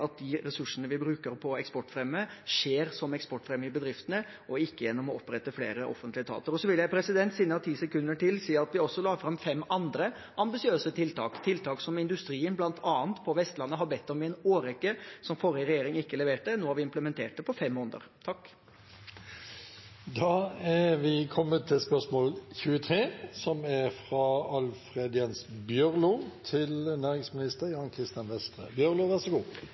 at de ressursene vi bruker på eksportfremme, skjer som eksportfremme i bedriftene og ikke gjennom å opprette flere offentlige etater. Så vil jeg – siden jeg har ti sekunder til – si at vi også la fram fem andre ambisiøse tiltak, tiltak som industrien, bl.a. på Vestlandet, har bedt om i en årrekke, som den forrige regjeringen ikke leverte. Nå har vi implementert det på fem måneder. Da går vi videre til spørsmål 23.